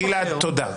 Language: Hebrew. גלעד, תודה.